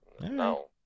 No